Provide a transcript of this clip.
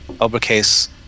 uppercase